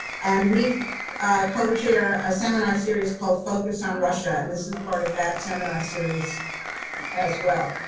and we co-chair a seminar series called focus on russia. and this is part of that seminar series as well.